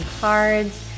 cards